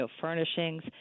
furnishings